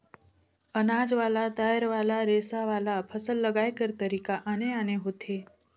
अनाज वाला, दायर वाला, रेसा वाला, फसल लगाए कर तरीका आने आने होथे